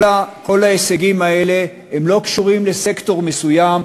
כל ההישגים האלה אינם קשורים לסקטור מסוים,